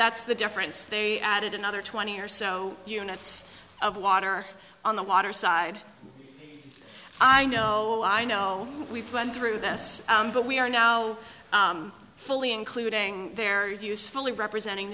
that's the difference they added another twenty or so units of water on the water side i know i know we've been through this but we are now fully including their use fully representing